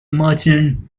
merchant